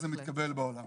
מתקבל בעולם.